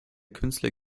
künstler